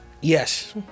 Yes